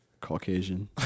Caucasian